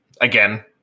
Again